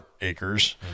acres